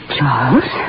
Charles